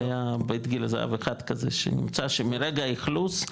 זה היה בית גיל הזהב אחד כזה שנמצא, שמרגע אכלוס,